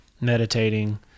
meditating